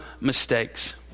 mistakes